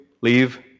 leave